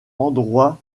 endroit